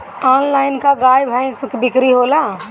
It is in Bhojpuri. आनलाइन का गाय भैंस क बिक्री होला?